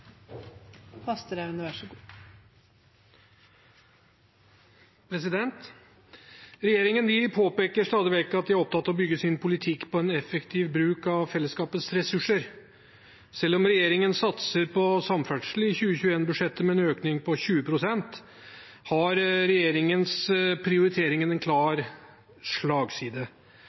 opptatt av å bygge sin politikk på en effektiv bruk av fellesskapets ressurser. Selv om regjeringen satser på samferdsel i 2021-budsjettet med en økning på 20 pst., har regjeringens prioriteringer en klar slagside.